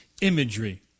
imagery